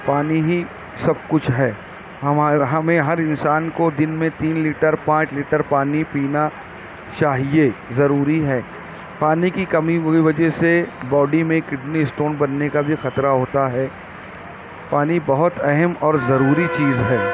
پانی ہی سب کچھ ہے ہمیں ہر انسان کو دن میں تین لیٹر پانچ لیٹر پانی پینا چاہیے ضروری ہے پانی کی کمی وجہ سے باڈی میں کڈنی اسٹون بننے کا بھی خطرہ ہوتا ہے پانی بہت اہم اور ضروری چیز ہے